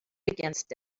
against